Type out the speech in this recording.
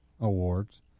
awards